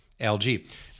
LG